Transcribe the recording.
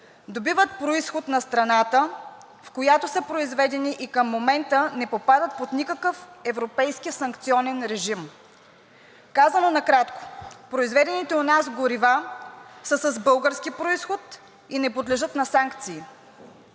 добиват произход на страната, в която са произведени, и към момента не попадат под никакъв европейски санкционен режим. Казано накратко – произведените у нас горива са с български произход и не подлежат на санкции.